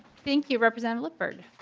thank you representative lippert.